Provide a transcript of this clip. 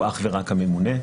הוא אך ורק הממונה.